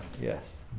Yes